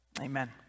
Amen